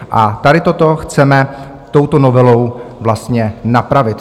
A tady toto chceme touto novelou vlastně napravit.